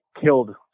killed